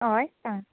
हय सांग